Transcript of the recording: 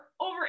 over